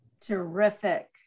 Terrific